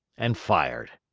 and fired.